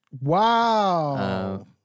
Wow